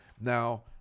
Now